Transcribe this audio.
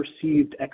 perceived